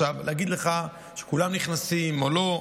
עכשיו להגיד לך שכולם נכנסים או לא,